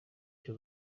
cyo